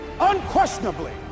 unquestionably